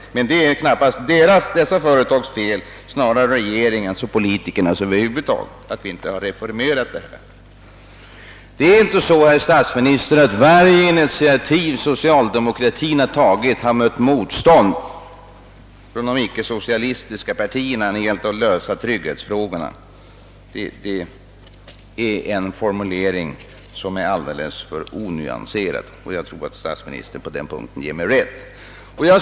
Det är emellertid knappast dessa företags fel — snarare regeringens och politikernas över huvud taget — att vi inte har reformerat på detta område. Det förhåller sig inte så, herr statsminister, att varje initiativ som socialdemokratin har tagit har mött motstånd från de icke-socialistiska partierna när det gällt att lösa trygghetsfrågorna. Det är en alldeles för onyanserad formule ring; jag tror att statsministern på den punkten ger mig rätt.